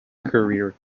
career